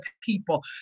people